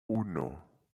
uno